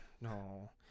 No